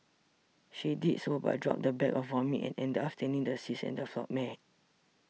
she did so but dropped the bag of vomit and ended up staining the seats and the floor mat